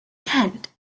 kent